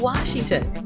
Washington